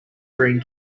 green